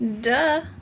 Duh